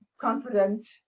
confident